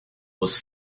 was